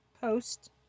post